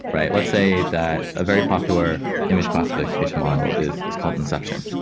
right? let's say that a very popular image classification model is is called inception.